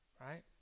Right